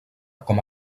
com